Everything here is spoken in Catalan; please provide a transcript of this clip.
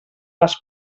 les